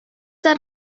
are